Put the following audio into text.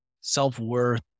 self-worth